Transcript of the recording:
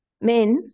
Men